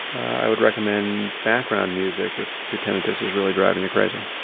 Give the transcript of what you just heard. i would recommend background music if your tinnitus is really driving you crazy.